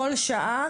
כל שעה